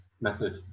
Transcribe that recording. method